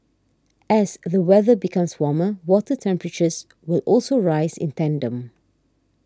as the weather becomes warmer water temperatures will also rise in tandem